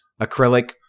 acrylic